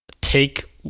take